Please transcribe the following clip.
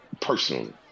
personally